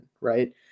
right